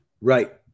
Right